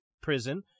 prison